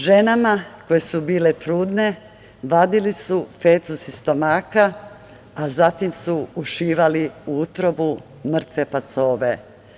Ženama koje su bile trudne vadili su fetus iz stomaka, a zatim su ušivali u utrobu mrtve pacove.